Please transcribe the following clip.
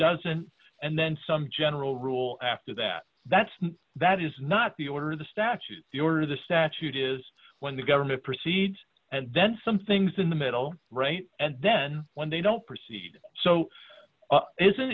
doesn't and then some general rule after that that's that is not the order the statute the order the statute is when the government proceeds and then some things in the middle right and then when they don't proceed so